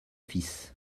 fils